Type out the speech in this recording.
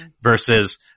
Versus